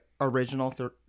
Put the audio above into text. original